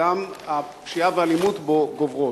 וגם הפשיעה והאלימות בו גוברות.